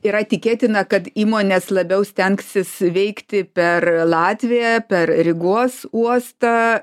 yra tikėtina kad įmonės labiau stengsis veikti per latviją per rygos uostą